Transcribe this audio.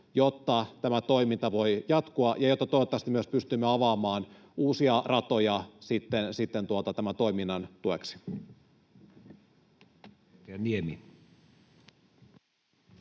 jotta tämä toiminta voi jatkua ja jotta toivottavasti myös pystymme avaamaan uusia ratoja sitten tämän toiminnan tueksi.